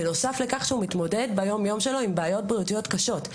בנוסף לכך שהוא מתמודד ביום-יום שלו עם בעיות בריאותיות קשות,